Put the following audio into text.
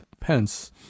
Pence